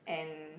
and